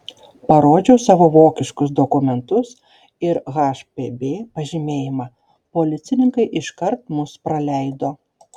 parodžiau savo vokiškus dokumentus ir hpb pažymėjimą policininkai iškart mus praleido